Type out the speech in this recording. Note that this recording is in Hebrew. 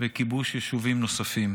וכיבוש יישובים נוספים.